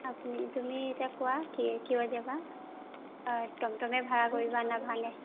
আপুনি তুমি এতিয়া কোৱা কি কিয় যাবা টমটমে ভাড়া কৰিবা নে ভানে